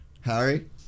Harry